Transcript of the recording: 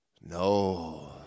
no